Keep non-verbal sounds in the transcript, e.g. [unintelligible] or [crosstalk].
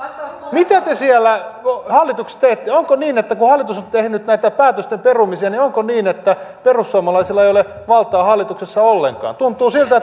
mitä te siellä hallituksessa teette onko niin että kun hallitus on tehnyt näiden päätösten perumisia niin perussuomalaisilla ei ole valtaa hallituksessa ollenkaan tuntuu siltä [unintelligible]